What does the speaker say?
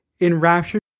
enraptured